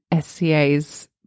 SCA's